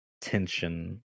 tension